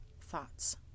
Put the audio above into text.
thoughts